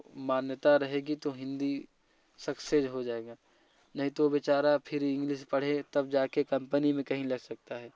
मान्यता रहेगी तो हिंदी सक्सेस हो जाएगा नहीं तो बेचारा फिर इंग्लिश पढ़े तब जाके कम्पनी में कहीं लग सकता है